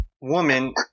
woman